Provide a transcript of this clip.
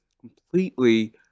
completely